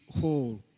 whole